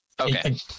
Okay